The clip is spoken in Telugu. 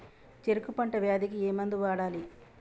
చెరుకు పంట వ్యాధి కి ఏ మందు వాడాలి?